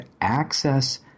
access